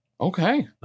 Okay